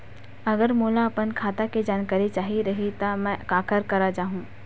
अगर मोला अपन खाता के जानकारी चाही रहि त मैं काखर करा जाहु?